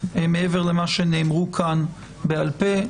מעבר למה שנאמרו כאן בעל פה,